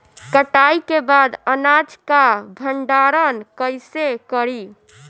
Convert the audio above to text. कटाई के बाद अनाज का भंडारण कईसे करीं?